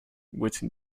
which